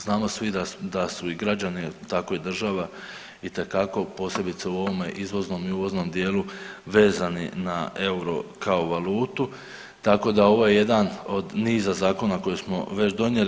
Znamo svi da su i građani, tako i država itekako posebice u ovome izvoznom i uvoznom dijelu vezani na euro kao valutu, tako da ovo je jedan od niza zakona koje smo već donijeli.